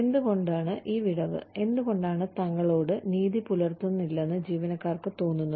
എന്തുകൊണ്ടാണ് ഈ വിടവ് എന്തുകൊണ്ടാണ് തങ്ങളോട് നീതി പുലർത്തുന്നില്ലെന്ന് ജീവനക്കാർക്ക് തോന്നുന്നത്